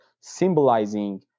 symbolizing